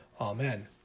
Amen